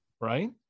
Right